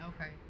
Okay